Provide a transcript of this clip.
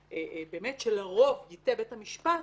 שלרוב ייטה בית המשפט.